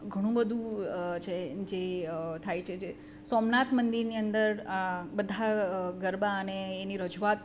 ઘણું બધું છે જે થાય છે જે સોમનાથ મંદિરની અંદર બધા ગરબા અને એની રજૂઆત